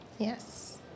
Yes